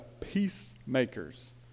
peacemakers